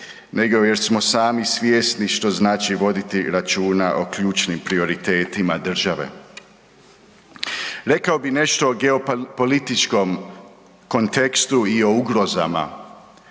nego jer smo sami svjesni što znači voditi računa o ključnim prioritetima države. Rekao bih nešto o geopolitičkom kontekstu i o ugrozama.